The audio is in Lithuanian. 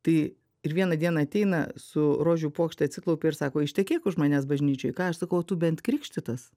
tai ir vieną dieną ateina su rožių puokšte atsiklaupia ir sako ištekėk už manęs bažnyčioj ką aš sakau tu bent krikštytas